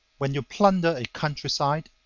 when you plunder a countryside,